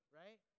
right